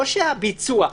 ולא הביצוע.